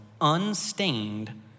unstained